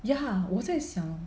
ya 我在想